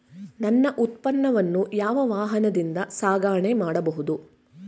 ನನ್ನ ಉತ್ಪನ್ನವನ್ನು ಯಾವ ವಾಹನದಿಂದ ಸಾಗಣೆ ಮಾಡಬಹುದು?